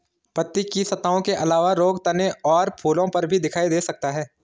पत्ती की सतहों के अलावा रोग तने और फूलों पर भी दिखाई दे सकता है